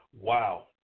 Wow